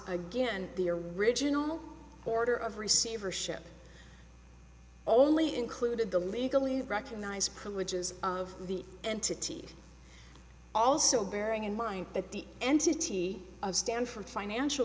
again the original order of receivership only included the legally recognized privileges of the entity also bearing in mind that the entity of stanford financial